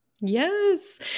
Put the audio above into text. Yes